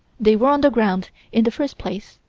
they were on the ground in the first place.